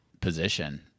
position